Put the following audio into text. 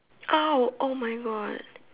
!ow! oh my God